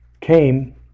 came